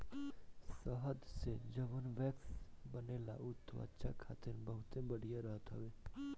शहद से जवन वैक्स बनेला उ त्वचा खातिर बहुते बढ़िया रहत हवे